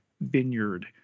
vineyard